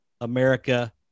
America